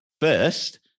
first